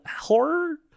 horror